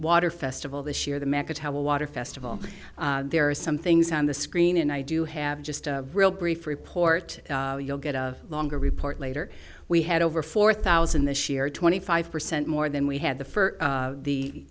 water festival this year the mecca to have a water festival there are some things on the screen and i do have just a real brief report you'll get a longer report later we had over four thousand this year twenty five percent more than we had the for the